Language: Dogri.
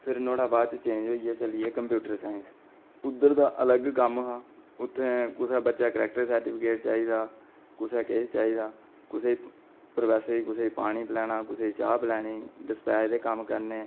फिर नुआढ़े बाद चेंज होइयै चली गेआ कम्पयूटर च उद्धर बी लग्ग कम्म हा उत्थै कुसै बच्चै करैक्टर सर्टिफिकेट चाहिदा कुसै किश चाहिदा कुसै प्रोफैसरें गी कुसै गी पानी पिलाना चा पिलानी डिसपैच दे कम्म करने